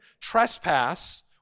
Trespass